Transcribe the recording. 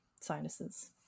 sinuses